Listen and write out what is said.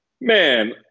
Man